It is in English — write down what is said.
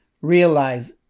realize